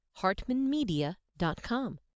hartmanmedia.com